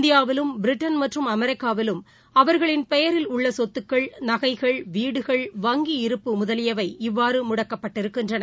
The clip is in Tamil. இந்தியாவிலும் பிரிட்டன் மற்றும் அமெரிக்காவிலும் அவர்களின் பெயரில் உள்ளசொத்துக்கள் நகைகள் வீடுகள் வங்கி இருப்பு முதலியவை இவ்வாறுமுடக்கப்பட்டிருக்கின்றன